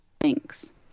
Thanks